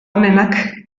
onenak